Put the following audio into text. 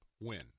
win